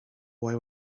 boy